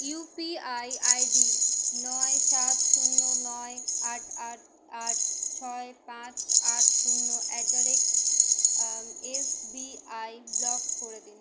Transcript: UPI ID নয় সাত শূন্য নয় আট আট আট ছয় পাঁচ আট শূন্য at the rate SBI block করে দিন